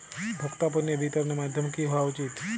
ভোক্তা পণ্যের বিতরণের মাধ্যম কী হওয়া উচিৎ?